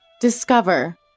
Discover